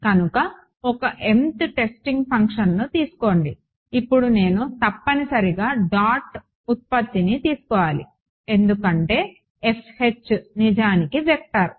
కనుక ఒక టెస్టింగ్ ఫంక్షన్ను తీసుకోండి ఇప్పుడు నేను తప్పనిసరిగా డాట్ ఉత్పత్తిని తీసుకోవాలి ఎందుకంటే నిజానికి వెక్టార్